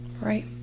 Right